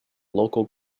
local